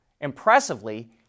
Impressively